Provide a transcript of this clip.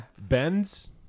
Benz